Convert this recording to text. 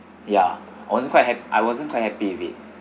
ya I wasn't quite hap~ I wasn't quite happy with it